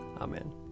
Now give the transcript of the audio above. Amen